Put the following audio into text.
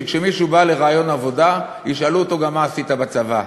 שכמישהו בא לראיון עבודה ישאלו אותו גם "מה עשית בצבא?".